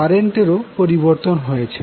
কারেন্টের ও পরিবর্তন হয়েছে